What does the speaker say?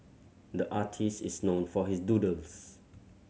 the artist is known for his doodles